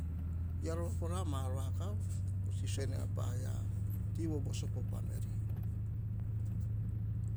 Via rova kora mar vakav, te sisio na paia ti vovoso po pameli.